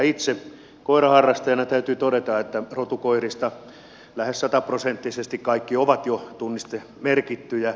itse koiraharrastajana täytyy todeta että rotukoirista lähes sataprosenttisesti kaikki ovat jo tunnistemerkittyjä